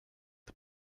the